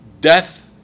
death